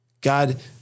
God